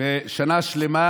שנה שלמה